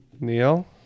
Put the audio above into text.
Neil